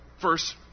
first